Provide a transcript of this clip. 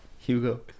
Hugo